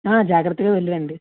జాగ్రత్తగా వెళ్ళిరండి